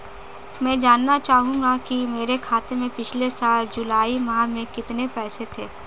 मैं जानना चाहूंगा कि मेरे खाते में पिछले साल जुलाई माह में कितने पैसे थे?